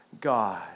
God